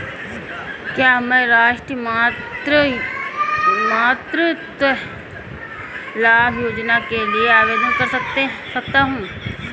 क्या मैं राष्ट्रीय मातृत्व लाभ योजना के लिए आवेदन कर सकता हूँ?